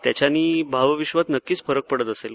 त्याच्यांनी भावविश्वात नक्कीच फरक पडत असेल